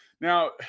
Now